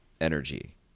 energy